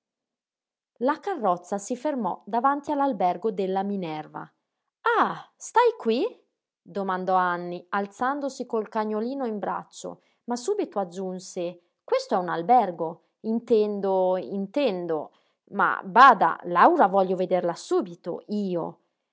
la carrozza si fermò davanti all'albergo della minerva ah stai qui domandò anny alzandosi col cagnolino in braccio ma subito aggiunse questo è un albergo intendo intendo ma bada laura voglio vederla subito io